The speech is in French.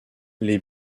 les